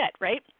right